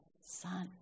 son